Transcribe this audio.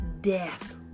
Death